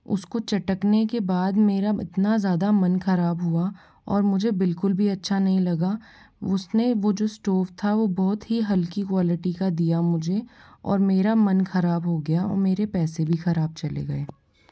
उसको चटकने के बाद मेरा इतना ज़्यादा मन ख़राब हुआ और मुझे बिल्कुल भी अच्छा नहीं लगा उसने वो जो स्टोव था वो बहुत ही हल्की क्वालिटी का दिया मुझे और मेरा मन ख़राब हो गया और मेरे पैसे भी ख़राब चले गए